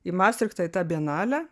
į mastrichtą į tą bienalę